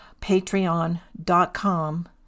Patreon.com